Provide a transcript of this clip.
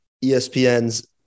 ESPN's